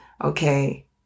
Okay